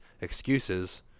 excuses